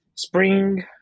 Spring